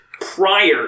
prior